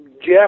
Jeff